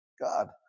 God